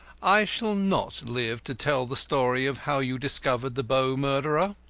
i shall not live to tell the story of how you discovered the bow murderer.